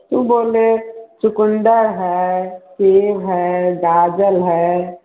यूँ बोले चुकंदर है सेब है गाजर है